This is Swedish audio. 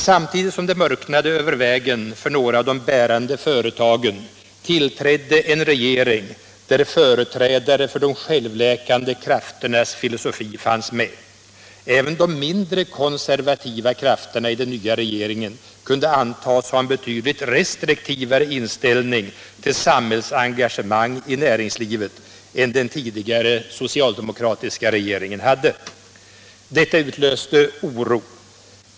Samtidigt som det mörknade över vägen för några av de bärande företagen här tillträdde en regering där företrädare för de självläkande krafternas filosofi fanns med. Även de mindre konservativa krafterna i den nya regeringen kunde antas ha en betydligt mera restriktiv inställning till samhällsengagemang i näringslivet än den tidigare socialdemokratiska regeringen hade. Detta utlöste oro.